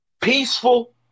peaceful